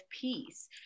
peace